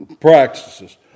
practices